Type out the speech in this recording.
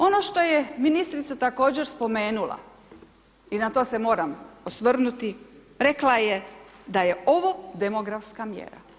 Ono što je ministrica također spomenula i na to se moram osvrnuti, rekla je da je ovo demografska mjera.